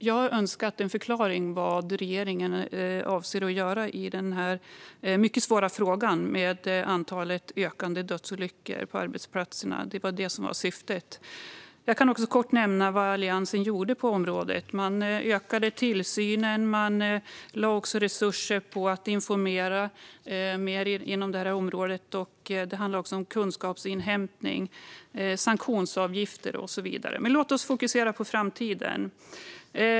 Jag har önskat en förklaring av vad regeringen avser att göra i den mycket svåra frågan om det ökande antalet dödsolyckor på arbetsplatserna. Det var det som var syftet. Jag kan också kort nämna vad Alliansen gjorde på området. Man ökade tillsynen. Man lade resurser på att informera mer inom området. Det handlade också om kunskapsinhämtning, sanktionsavgifter och så vidare. Men låt oss fokusera på framtiden.